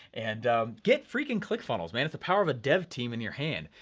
and get freaking click funnels, man, it's the power of a dev team in your hand.